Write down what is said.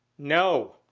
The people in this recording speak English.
no.